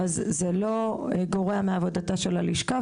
זה לא גורע מעבודתה של הלשכה,